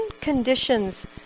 conditions